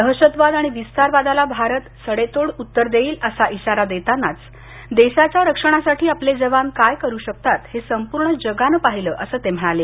दहशतवाद आणि विस्ताचरवादाला भारत सडेतोड उत्तर देईल असा इशारा देतानाच देशाच्या रक्षणासाठी आपले जवान काय करू शकतात हे संपूर्ण जगानं पाहिलं अस ते म्हणाले